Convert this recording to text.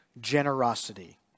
generosity